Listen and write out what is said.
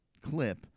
clip